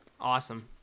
Awesome